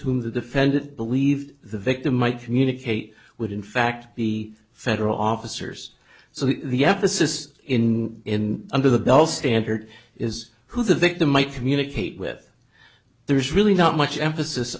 who the defendant believed the victim might communicate with in fact the federal officers so the this is in in under the bell standard is who the victim might communicate with there's really not much emphasis